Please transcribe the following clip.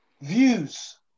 views